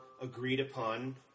agreed-upon